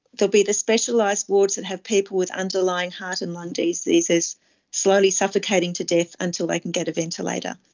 will be the specialised wards that have people with underlying heart and lung diseases slowly suffocating to death until they can get a ventilator.